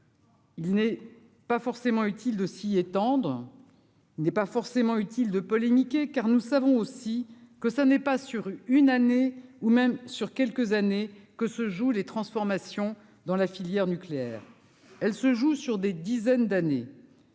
n'est pas forcément utile de polémiquer car nous savons aussi que ça n'est pas sur une année ou même sur quelques années que se jouent les transformations dans la filière nucléaire, elle se joue sur des dizaines d'années